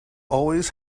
always